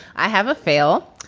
i have a fail.